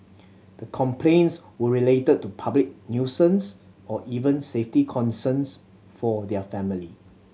the complaints were related to public nuisance or even safety concerns for their family